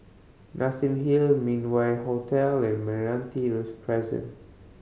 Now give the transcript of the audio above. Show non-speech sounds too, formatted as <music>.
Massim Hill Min Wah Hotel and Meranti <unintelligible> Crescent